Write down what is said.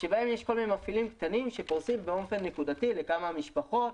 שבהם יש כל מיני מפעילים קטנים שפורסים באופן נקודתי לכמה משפחות,